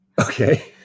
Okay